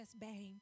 bang